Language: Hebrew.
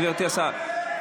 גברתי השרה.